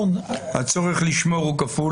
הצורך לשמור הוא כפול.